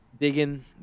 digging